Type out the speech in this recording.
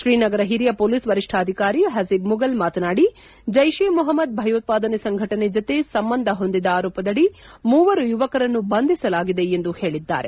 ಶ್ರೀನಗರ ಹಿರಿಯ ಮೊಲೀಸ್ ವರಿಷ್ಣಾಧಿಕಾರಿ ಹಸಿಬ್ ಮುಗಲ್ ಮಾತನಾಡಿ ಜೈಷೆ ಮೊಹಮ್ನದ್ ಭಯೋತ್ಪಾದನೆ ಸಂಘಟನೆ ಜತೆ ಸಂಬಂಧ ಹೊಂದಿದ ಆರೋಪದಡಿ ಮೂವರು ಯುವಕರನ್ನು ಬಂಧಿಸಲಾಗಿದೆ ಎಂದು ಹೇಳಿದ್ದಾರೆ